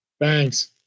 Thanks